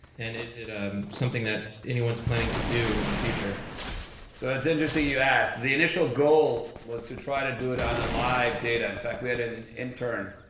and is it ah something that anyone's planning to do in the future? so it's interesting you ask. the initial goal was to try to do it on live data. in fact, we had an intern